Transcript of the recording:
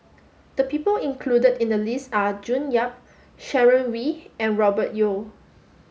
the people included in the list are June Yap Sharon Wee and Robert Yeo